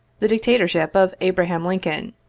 the dictatorship of abraham lincoln,